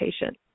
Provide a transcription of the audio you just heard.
patient